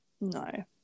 No